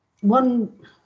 one